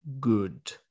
good